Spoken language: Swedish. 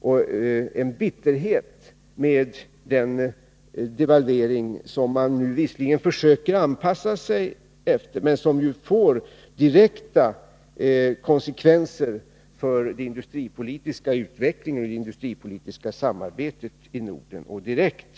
Det är en bitterhet mot den devalvering som man visserligen försöker anpassa sig efter men som får direkta konsekvenser för det industripolitiska samarbetet i Norden och som är ett direkt grundskott mot det samarbetsklimat som den tidigare regeringen har skapat.